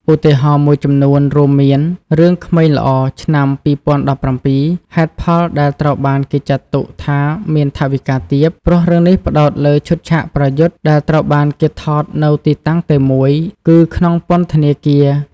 ឧទាហរណ៍មួយចំនួនរួមមាន រឿង ក្មេងល្អឆ្នាំ 2017 ហេតុផលដែលត្រូវបានគេចាត់ទុកថាមានថវិកាទាប ព្រោះរឿងនេះផ្តោតលើឈុតឆាកប្រយុទ្ធដែលត្រូវបានគេថតនៅទីតាំងតែមួយ គឺក្នុងពន្ធនាគារ។